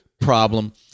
problem